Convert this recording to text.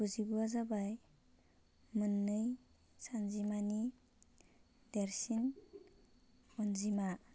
गुजिगुआ जाबाय मोननै सानजिमानि देरसिन अन्जिमा